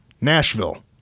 Nashville